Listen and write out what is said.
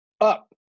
up